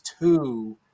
two